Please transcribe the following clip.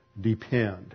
depend